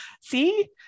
See